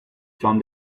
from